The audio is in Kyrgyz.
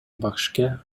башка